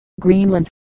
Greenland